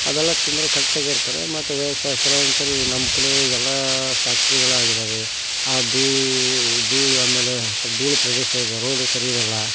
ಅದೆಲ್ಲ ತಿಂದರೆ ಕರೆಕ್ಟಾಗಿ ಇರ್ತಾರೆ ಮತ್ತು ವಯಸ್ಸಾದ ಕೆಲವೊಂದು ಸರಿ ನಮ್ಮ ಕಡೆ ಎಲ್ಲ ಪ್ಯಾಕ್ಟರಿಗಳಾಗಿದ್ದಾವೆ ಆ ಧೂಳು ಆಮೇಲೆ ಧೂಳು ಪ್ರದೇಶ ಇದೆ ರೋಡ್ ಸರಿ ಇರೋಲ್ಲ